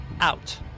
out